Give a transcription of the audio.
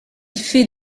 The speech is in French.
fait